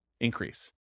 increase